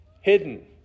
Hidden